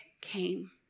came